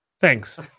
Thanks